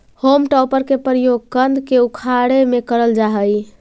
home टॉपर के प्रयोग कन्द के उखाड़े में करल जा हई